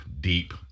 deep